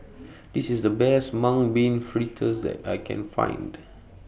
This IS The Best Mung Bean Fritters that I Can Find